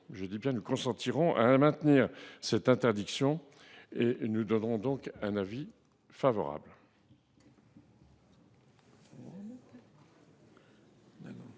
évoquée, nous consentirons à maintenir cette interdiction et nous donnerons donc un avis favorable.